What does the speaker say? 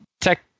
tech